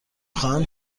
خواهم